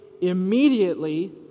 immediately